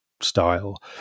style